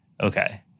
okay